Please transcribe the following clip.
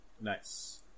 Nice